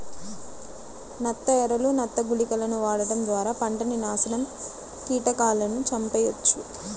నత్త ఎరలు, నత్త గుళికలను వాడటం ద్వారా పంటని నాశనం కీటకాలను చంపెయ్యొచ్చు